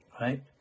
right